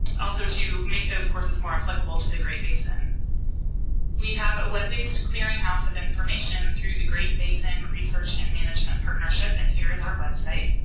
also to make those courses more applicable to the great basin we have a web-based clearinghouse of information through the great basin research and management partnership and here is our website.